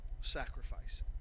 sacrifice